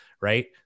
right